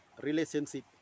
relationship